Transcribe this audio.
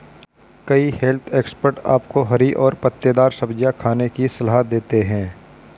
कई health expert आपको हरी और पत्तेदार सब्जियां खाने की सलाह देते हैं